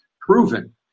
proven